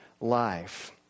life